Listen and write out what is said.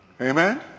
Amen